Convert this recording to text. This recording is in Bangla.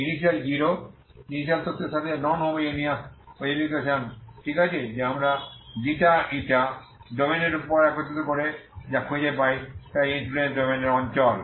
ইনিশিয়াল 0 ইনিশিয়াল তথ্যের সাথে নন হোমোজেনিয়াস ওয়েভ ইকুয়েশন ঠিক আছে যে আমরা এই ξ η ডোমেনের উপর একত্রিত করে যা খুঁজে পাই তাই ইনফ্লুয়েন্স ডোমেইন এর অঞ্চল